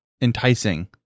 enticing